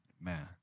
Man